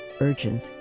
urgent